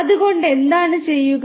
അതിനാൽ എന്താണ് ചെയ്യുന്നത്